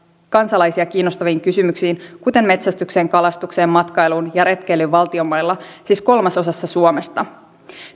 kansalaisia kiinnostaviin kysymyksiin kuten metsästykseen kalastukseen matkailuun ja retkeilyyn valtionmailla siis kolmasosassa suomesta